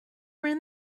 ran